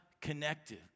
connected